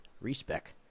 respec